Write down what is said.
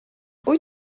wyt